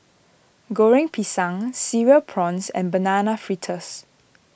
Goreng Pisang Cereal Prawns and Banana Fritters